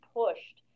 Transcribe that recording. pushed